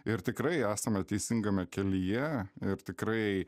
ir tikrai esame teisingame kelyje ir tikrai